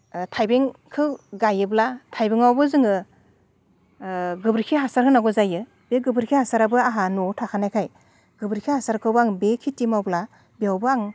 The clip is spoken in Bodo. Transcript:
थाइबेंखो गायोब्ला थाइबेङावबो जोङो गोबोरखि हासार होनांगौ जायो बे गोबोरखि हासाराबो आंहा न'आव थाखानायखाय गोबोरखि हासारखोबो आं बे खिथि मावब्ला बेयावबो आं